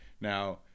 Now